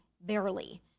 barely